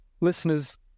Listeners